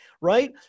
right